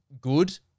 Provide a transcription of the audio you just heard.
good